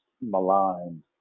maligned